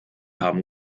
haben